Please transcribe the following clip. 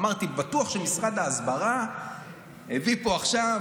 אמרתי: בטוח שמשרד ההסברה הביא פה עכשיו,